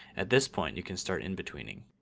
at this point you can start in-betweening.